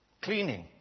cleaning